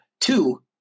two